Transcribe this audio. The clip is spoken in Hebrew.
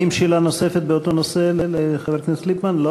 האם יש שאלה נוספת באותו נושא לחבר הכנסת ליפמן?